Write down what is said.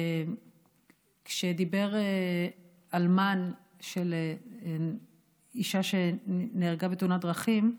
כשדיבר אלמן של אישה שנהרגה בתאונת דרכים,